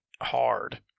hard